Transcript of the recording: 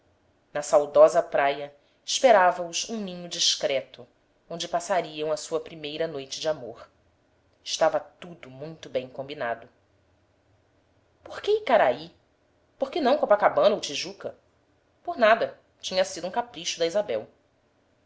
na saudosa praia esperava os um ninho discreto onde passariam a sua primeira noite de amor estava tudo muito bem combinado por que icaraí por que não copacabana ou tijuca por nada tinha sido um capricho da isabel